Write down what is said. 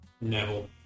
Neville